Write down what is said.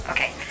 Okay